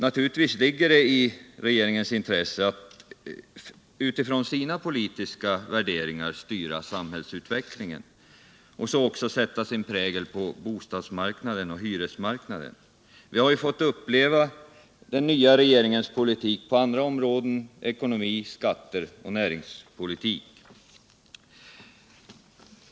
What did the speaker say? Naturligtvis ligger det i regeringens intresse att utifrån sina politiska värderingar styra samhällsutvecklingen och även sätta sin prägel på bostadsmarknaden och hyresmarknaden. Vi har ju fått uppleva den nya regeringens politik på andra områden: ekonomi, skatter, näringspolitik.